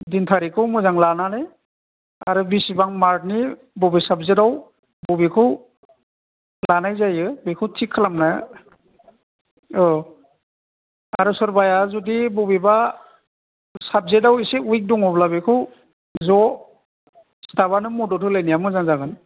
दिन थारिगखौ मोजां लानानै आरो बेसेबां मार्कनि बबे साबजेक्टआव बबेखौ लानाय जायो बेखौ थिग खालामनो औ आरो सोरबाया जुदि बबेबा साबजेक्टआव एसे विक दङब्ला बेखौ ज' स्थाफआनो मदद होलायनाया मोजां जागोन